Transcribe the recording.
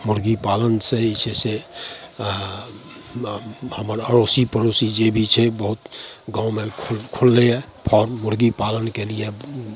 मुर्गी पालनसँ जे छै से हमर अड़ोसी पड़ोसी जे भी छै बहुत गाँवमे खुललय हँ फार्म मुर्गी पालनके लिये